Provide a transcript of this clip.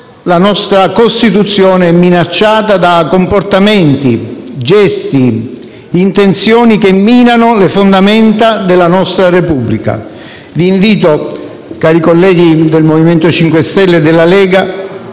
la nostra Costituzione è minacciata da comportamenti, gesti e intenzioni, che minano le fondamenta della nostra Repubblica. Vi invito, cari colleghi del Movimento 5 Stelle e della Lega,